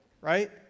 right